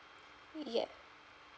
ya